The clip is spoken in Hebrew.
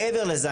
מעבר לזה,